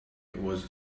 was